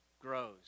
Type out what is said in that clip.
grows